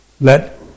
let